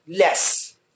less